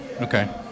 Okay